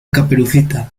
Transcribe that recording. caperucita